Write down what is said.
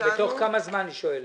בתוך כמה זמן היא שואלת?